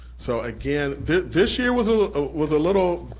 so again, this this year was ah was a little,